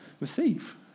receive